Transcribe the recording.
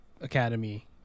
academy